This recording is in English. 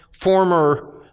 former